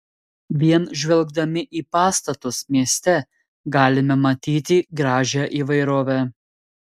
vien žvelgdami į pastatus mieste galime matyti gražią įvairovę